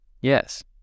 Yes